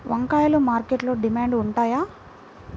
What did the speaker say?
వంకాయలు మార్కెట్లో డిమాండ్ ఉంటాయా?